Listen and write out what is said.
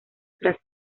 tras